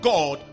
God